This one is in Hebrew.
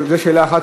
זאת שאלה אחת.